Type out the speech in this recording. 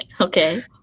okay